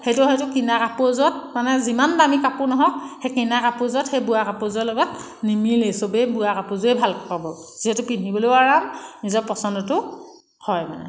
সেইটো হয়টো কিনা কাপোৰযোৰত মানে যিমান দামি কাপোৰ নহওক সেই কিনা কাপোৰযোৰত সেই বোৱা কাপোৰযোৰৰ লগত নিমিলেই চবেই বোৱা কাপোৰযোৰেই ভাল পাব যিহেটো পিন্ধিবলৈও আৰাম নিজৰ পচন্দতো হয় মানে